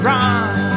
Run